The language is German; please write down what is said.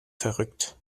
verrückt